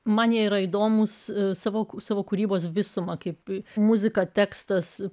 man yra įdomūs sąvokų savo kūrybos visumą kaip muzika tekstas